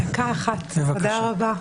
תודה רבה.